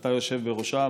שאתה יושב בראשה,